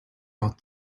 out